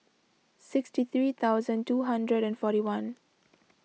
sixty three thousand two hundred and forty one